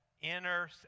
inner